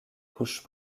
couches